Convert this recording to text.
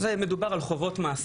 מדובר על חובות מעסיק.